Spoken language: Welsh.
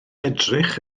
edrych